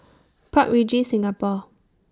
Park Regis Singapore